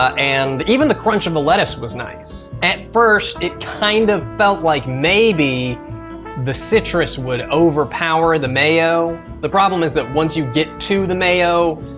and even the crunch of the lettuce was nice. at first it kind of felt like maybe the citrus would overpower the mayo. the problem is that once you get to the mayo,